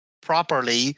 properly